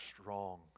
strong